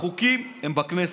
החוקים הם בכנסת,